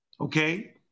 okay